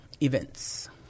events